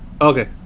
Okay